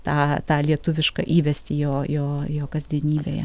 tą tą lietuvišką įvestį jo jo jo kasdienybėje